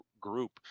group